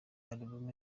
album